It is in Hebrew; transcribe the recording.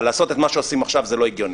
אבל לעשות את מה שעושים עכשיו זה לא הגיוני.